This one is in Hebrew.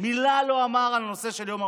מילה לא אמר על נושא יום הרופא.